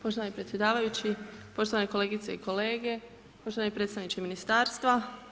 Poštovani predsjedavajući, poštovane kolegice i kolege, poštovani predstavniče ministarstva.